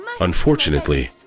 unfortunately